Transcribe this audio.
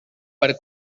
per